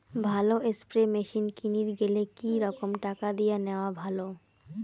ভালো spray machine কিনির গেলে কি রকম টাকা দিয়া নেওয়া ভালো?